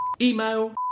email